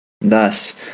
Thus